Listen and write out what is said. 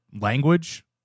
language